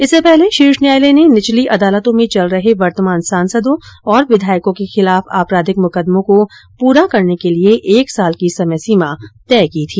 इससे पहले शीर्ष न्यायालय ने निचली अदालतों में चल रहे वर्तमान सांसदों और विधायकों के खिलाफ आपराधिक मुकदमों को पूरा करने के लिए एक साल की समय सीमा तय की थी